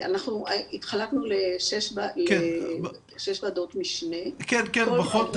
התחלקנו לשש ועדות משנה --- פחות